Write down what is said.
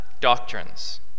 doctrines